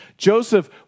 Joseph